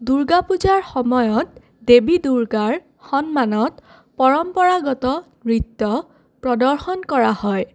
দুৰ্গা পূজাৰ সময়ত দেৱী দুৰ্গাৰ সন্মানত পৰম্পৰাগত নৃত্য প্ৰদৰ্শন কৰা হয়